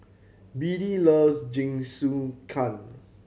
Beadie loves Jingisukan